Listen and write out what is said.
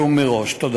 לך: